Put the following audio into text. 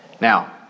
Now